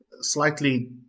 slightly